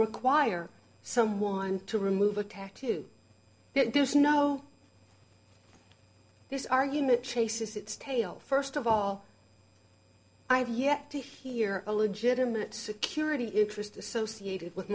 require someone to remove a tattoo there's no this argument chases its tail first of all i've yet to hear a legitimate security interests associated with